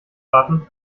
raten